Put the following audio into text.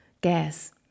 gas